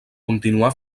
continuà